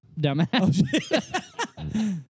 dumbass